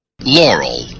Laurel